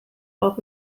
auch